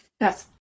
yes